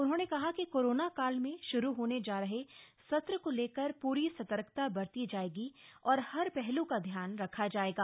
उन्होंने कहा कि कोरोना काल में शुरू होने जा रहे सत्र को लेकर प्री सतर्कता बरती जाएगी और हर पहल् का ध्यान रखा जाएगा